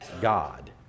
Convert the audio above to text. God